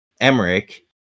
Emmerich